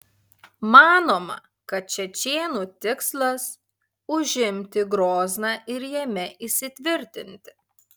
manoma kad čečėnų tikslas užimti grozną ir jame įsitvirtinti